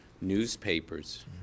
newspapers